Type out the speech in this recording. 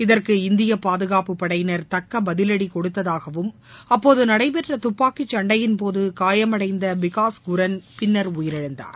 இதற்கு இந்திய பாதுகாப்பு படையினர் தக்க பதிவடி கொடுத்ததாகவும் அப்போது நடைபெற்ற துப்பாக்கி சண்டையின் போது காயமடைந்த பிகாஸ்குரண் பின்னர் உயிரிழந்தார்